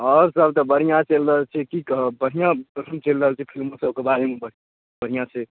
आओर सबतऽ बढ़िआँ चलि रहल छै कि कहब बढ़िआँ एखन चलि रहल छै फिलिमसबके बारेमे बस बढ़िआँ छै